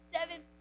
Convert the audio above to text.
Seven